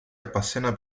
appassiona